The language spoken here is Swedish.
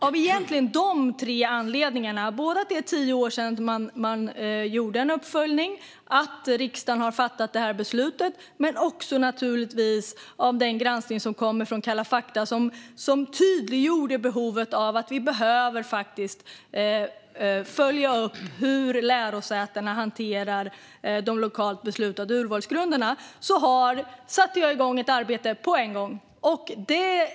Av dessa tre anledningar - att det var tio år sedan en uppföljning gjordes, att riksdagen har fattat detta beslut och att granskningen i Kalla fakta tydliggjorde behovet av en uppföljning av hur lärosäten hanterar de lokalt beslutade urvalsgrunderna - satte jag på en gång igång ett arbete.